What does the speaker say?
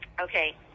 Okay